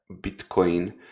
Bitcoin